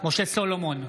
משה סולומון,